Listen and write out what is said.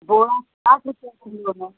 बोड़ा साठ रुपया किलो है